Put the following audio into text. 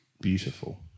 beautiful